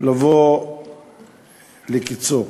לבוא לקצו.